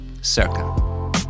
Circa